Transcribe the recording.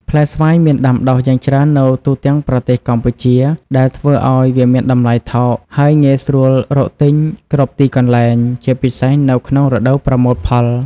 ផ្លែស្វាយមានដាំដុះយ៉ាងច្រើននៅទូទាំងប្រទេសកម្ពុជា ដែលធ្វើឱ្យវាមានតម្លៃថោក ហើយងាយស្រួលរកទិញគ្រប់ទីកន្លែង ជាពិសេសនៅក្នុងរដូវប្រមូលផល។